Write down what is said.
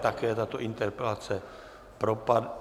Také tato interpelace propa...